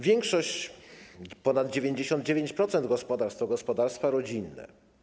Większość, ponad 99% gospodarstw to gospodarstwa rodzinne.